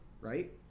right